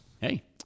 Hey